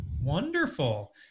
Wonderful